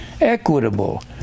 Equitable